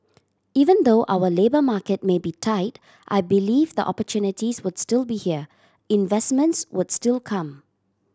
even though our labour market may be tight I believe the opportunities would still be here investments would still come